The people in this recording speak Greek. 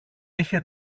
είχε